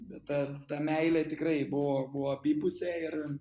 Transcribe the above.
bet ta ta meilė tikrai buvo buvo abipusė ir